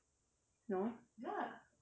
no